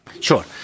Sure